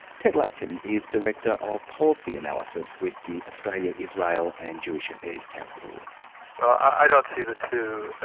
ted lapkin is director of policy analysis with the australia-israel and jewish affairs council. well i don't see the two as